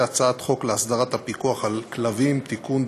הצעת חוק להסדרת הפיקוח על כלבים (תיקון,